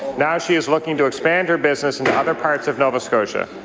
now she is looking to expand her business into other parts of nova scotia.